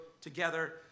together